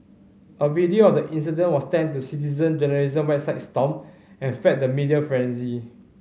a video of the incident was sent to citizen journalism website Stomp and fed the media frenzy